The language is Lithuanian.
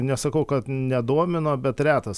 nesakau kad nedomino bet retas